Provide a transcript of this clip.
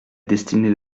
destinée